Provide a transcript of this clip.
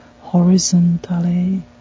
horizontally